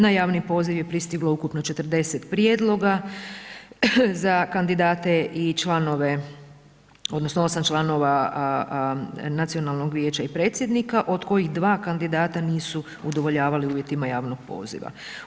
Na javni poziv je pristiglo ukupno 40 prijedloga, za kandidate i članove odnosno 8 članova Nacionalnog vijeća i predsjednika od kojih 2 kandidata nisu udovoljavali uvjetima javnog poziva.